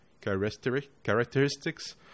characteristics